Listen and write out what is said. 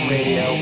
Radio